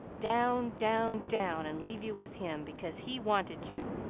down, down, down, and leave you with him, because he wanted you!